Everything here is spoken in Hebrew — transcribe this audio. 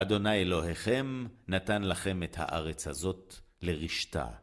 אדוני אלוהיכם נתן לכם את הארץ הזאת לרשתה.